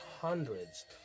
hundreds